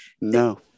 No